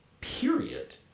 Period